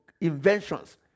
inventions